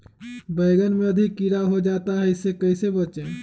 बैंगन में अधिक कीड़ा हो जाता हैं इससे कैसे बचे?